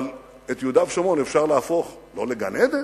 אבל את יהודה ושומרון אפשר להפוך לא לגן-עדן,